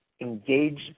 engage